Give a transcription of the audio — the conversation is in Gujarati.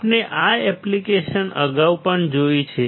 આપણે આ એપ્લિકેશન અગાઉ પણ જોઈ છે